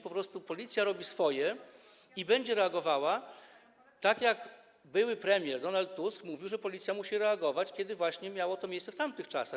Po prostu policja robi swoje i będzie reagowała tak, jak były premier Donald Tusk mówił, że policja musi reagować, kiedy miało to miejsce w tamtych czasach.